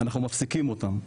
אנחנו מפסיקים אותן.